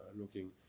looking